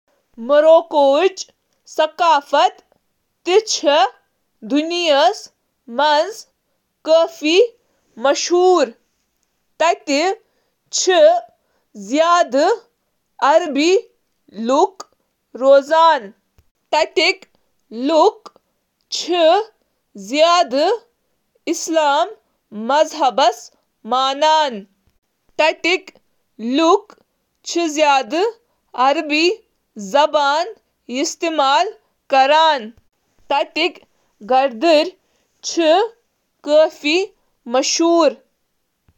مراکش چُھ پننہٕ بھرپور ثقافت خاطرٕ زاننہٕ یوان، یُس عرب، بربر، اندلس ، بحیرہ روم، ہیبریک تہٕ افریقی اثراتن ہنٛد امتزاج چُھ: ، فن تعمیر، آرٹ، کھین، موسیقی، سنیما تہٕ ادب، مذہب تہٕ روایات۔